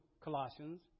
Colossians